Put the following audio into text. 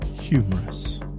humorous